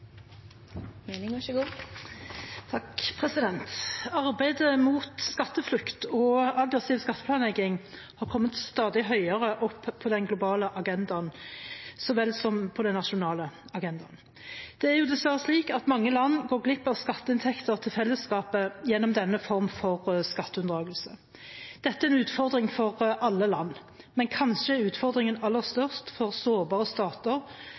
agendaen så vel som på den nasjonale agendaen. Det er dessverre slik at mange land går glipp av skatteinntekter til fellesskapet gjennom denne formen for skatteunndragelse. Dette er en utfordring for alle land, men kanskje er utfordringen aller størst for sårbare stater